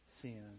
sin